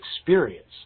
experience